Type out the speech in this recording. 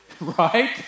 right